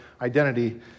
identity